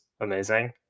amazing